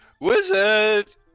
Wizard